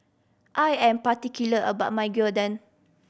I am particular about my Gyudon